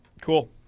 Cool